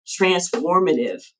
transformative